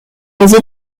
des